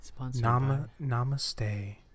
Namaste